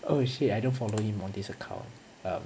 oh shit I don't follow him on this account um